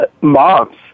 moms